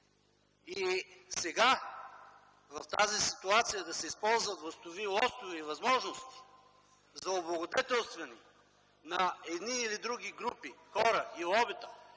Сега, в тази ситуация да се използват властови лостове и възможности за облагодетелстване на едни или други групи хора и лобита